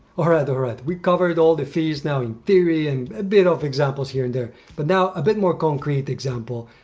all right, all right, we covered all the fees now in theory and ah bit of examples here and there but now, a bit more concrete example.